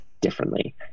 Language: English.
differently